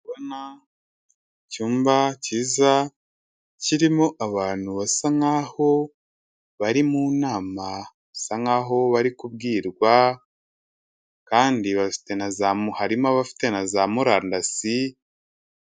Ndi kubona icyumba cyiza, kirimo abantu basa nkaho bari mu nama basa nkaho bari kubwirwa kandi harimo n'abafite na za murandasi...